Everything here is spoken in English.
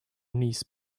niece